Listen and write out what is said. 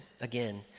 again